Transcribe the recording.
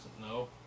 no